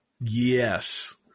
Yes